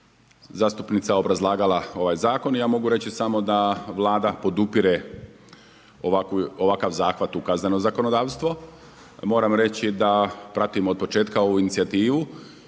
zastupnica obrazlagala ovaj zakona. I ja mogu reći samo da Vlada podupire ovakav zahtjev u kazneno zakonodavstvo. Moram reći da pratim od početka ovu inicijativu